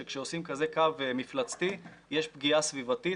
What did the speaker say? שכשעושים כזה קו מפלצתי אז יש פגיעה סביבתית.